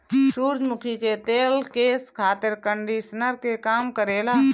सूरजमुखी के तेल केस खातिर कंडिशनर के काम करेला